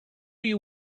you